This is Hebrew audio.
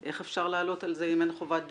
איך אפשר לעלות על זה אם אין חובת דיווח?